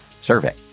survey